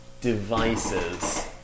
devices